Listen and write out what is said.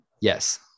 Yes